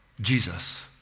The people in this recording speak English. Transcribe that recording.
Jesus